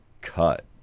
cut